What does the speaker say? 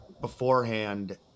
beforehand